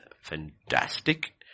fantastic